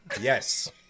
Yes